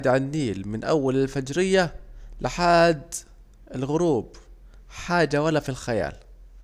اجعد عالنيل من اول الفجرية لحااد الغروب، حاجة ولا في الخيال